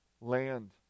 land